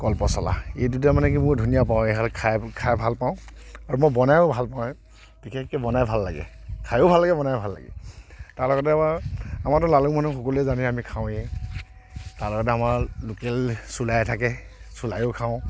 কল পচলা এই দুটা মানে কি বৰ ধুনীয়া পাওঁ এহাল খাই খাই ভালপাওঁ আৰু মই বনায়ো ভালপাওঁ বিশেষকৈ বনায় ভাল লাগে খাইও ভাল লাগে বনায়ো ভাল লাগে তাৰ লগতে আমাৰ আমাৰতো লালুং মানুহ সকলোৱে জানেই আমি খাওঁয়েই তাৰ লগতে আমাৰ লোকেল চুলাই থাকে চুলাইও খাওঁ